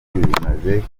bimaze